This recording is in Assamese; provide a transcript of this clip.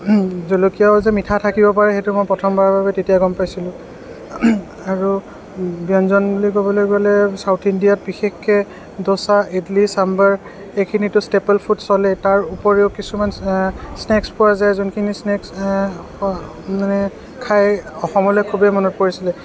জলকীয়াও যে মিঠা থাকিব পাৰে সেইটো মই প্ৰথমবাৰৰ বাবে তেতিয়া গম পাইছিলোঁ আৰু ব্যঞ্জন বুলি ক'বলৈ গ'লে ছাউথ ইণ্ডিয়াত বিশেষকৈ ড'চা ইদলি চাম্বাৰ এইখিনিতো ষ্টেপল ফুড চলেই তাৰ উপৰিও কিছুমান স্নেকক্স পোৱা যায় যোনখিনি স্নেকক্স মানে খাই অসমলৈ খুবেই মনত পৰিছিলে